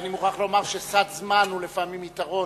אני מוכרח לומר שסד זמן הוא לפעמים יתרון,